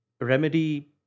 Remedy